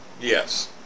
Yes